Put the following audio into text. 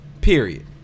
Period